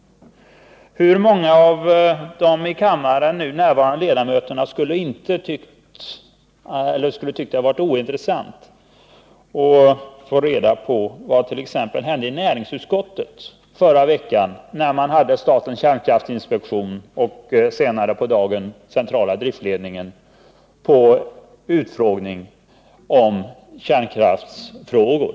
Hur många av de i kammaren nu närvarande ledamöterna skulle ha tyckt att det varit ointressant att få reda på vad som hände i näringsutskottet förra veckan när utskottet hade statens kärnkraftinspek 99 tion och senare på dagen centrala driftledningen på utskottsutfrågning om kärnkraftsfrågor?